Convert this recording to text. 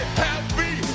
happy